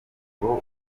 ngo